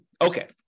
Okay